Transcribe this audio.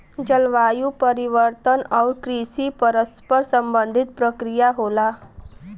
जलवायु परिवर्तन आउर कृषि परस्पर संबंधित प्रक्रिया होला